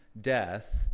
Death